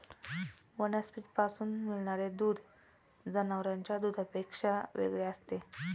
वनस्पतींपासून मिळणारे दूध जनावरांच्या दुधापेक्षा वेगळे असते